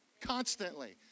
constantly